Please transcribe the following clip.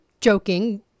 joking